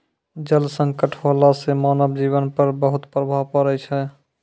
जल संकट होला सें मानव जीवन पर बहुत प्रभाव पड़ै छै